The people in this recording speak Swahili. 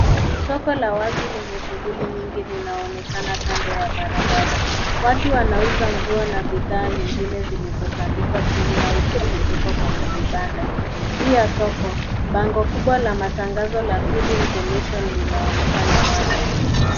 Soko la wazi lenye shughuli nyingi linaonekana kando ya barabara. Watu wanauza nguo na bidhaa nyingine zilizotandikwa chini au kutundikwa kwenye vibanda. Juu ya soko, bango kubwa la matangazo la feeding the nation linaonekana wazi.